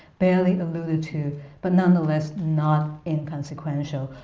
barely alluded to but nonetheless not inconsequential,